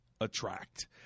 attract